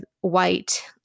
white